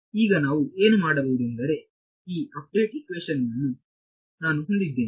ಈಗ ನಾವು ಏನು ಮಾಡಬಹುದೆಂದರೆ ಈ ಅಪ್ಡೇಟ್ ಇಕ್ವೇಶನ್ ವನ್ನು ನಾನು ಹೊಂದಿದ್ದೇನೆ